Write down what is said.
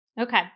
Okay